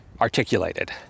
articulated